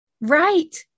Right